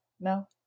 No